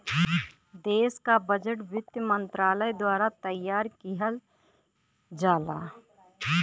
देश क बजट वित्त मंत्रालय द्वारा तैयार किहल जाला